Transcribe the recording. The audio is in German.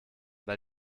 weil